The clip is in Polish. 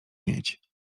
mieć